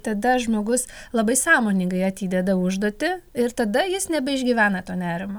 tada žmogus labai sąmoningai atideda užduotį ir tada jis nebeišgyvena to nerimo